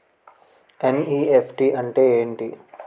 NEFT అంటే ఎంటి?